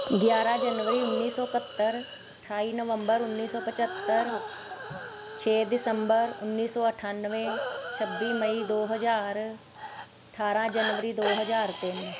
ਗਿਆਰ੍ਹਾਂ ਜਨਵਰੀ ਉੱਨੀ ਸੌ ਇਕਹੱਤਰ ਅਠਾਈ ਨਵੰਬਰ ਉੱਨੀ ਸੌ ਪਝੱਤਰ ਛੇ ਦਸੰਬਰ ਉੱਨੀ ਸੌ ਅਠਾਨਵੇਂ ਛੱਬੀ ਮਈ ਦੋ ਹਜ਼ਾਰ ਅਠਾਰਾਂ ਜਨਵਰੀ ਦੋ ਹਜ਼ਾਰ ਤਿੰਨ